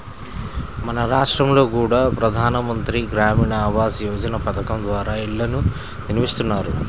మన రాష్టంలో కూడా ప్రధాన మంత్రి గ్రామీణ ఆవాస్ యోజన పథకం ద్వారా ఇళ్ళను నిర్మిస్తున్నారు